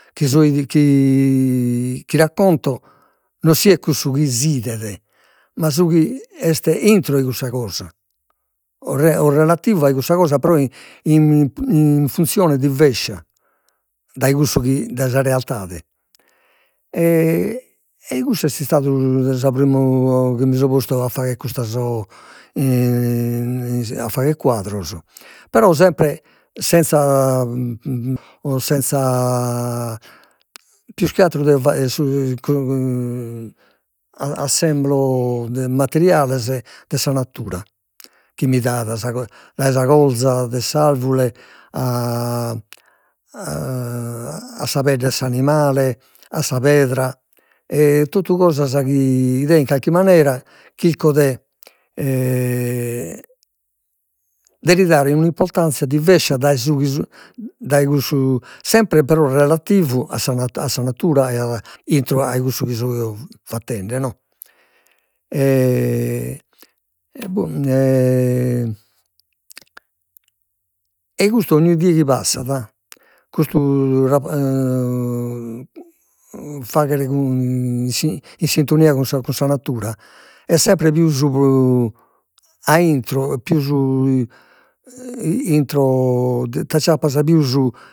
Chi so chi racconto non siet cussu chi s'idet ma su chi est intro 'e cussa cosa, o re- relativa 'e cussa cosa pro, in funzione diversa dai cussu chi dai sa realitade, ei cussu est istadu su primmu chi mi so postu a fagher custas o a fagher quadros, però sempre senza pius che atteru deo assemblo materiales de sa natura chi mi dat sa, dai sa corza de s'arvure a a sa pedde 'e s'animale, a sa pedra e totu cosas chi deo in calchi manera chirco de de li dare un'importanzia diversa dai su chi dai cussu, sempre però relativu a sa a sa natura e intro ai cussu chi so fatende. e boh e custu ogni die chi passat/Users/anto/Desktop/Archivio Notebook portatile anto vecchio/Registrazioni definitive/Int. 2 Bruno (29. 87)/02 Split txt/src- 02- I106 2. Txt custu faghere in sintonia cun sa cun sa natura est sempre pius a intro pius intro ti acciappas pius